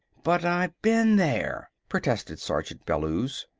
but i been there! protested sergeant bellews.